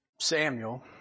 Samuel